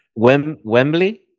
Wembley